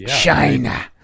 China